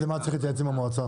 אז למה צריך להתייעץ עם המועצה?